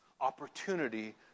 opportunity